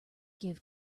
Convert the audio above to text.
give